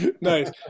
nice